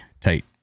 tight